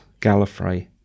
Gallifrey